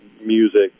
music